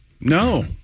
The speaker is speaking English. No